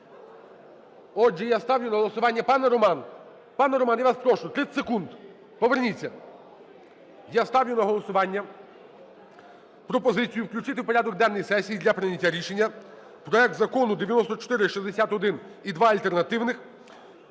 Я ставлю на голосування пропозицію включити в порядок денний сесії для прийняття рішення проект Закону 9461 і два альтернативних